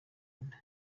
inda